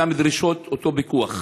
אותן דרישות, אותו פיקוח.